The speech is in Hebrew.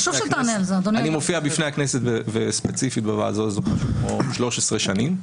אני מופיע בפני הכנסת וספציפית בוועדה הזאת 13 שנים,